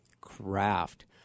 Craft